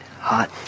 hot